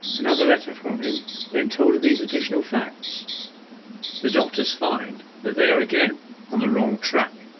another letter from him then told her these additional facts the doctors find they are again on the wrong tack.